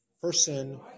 person